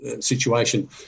situation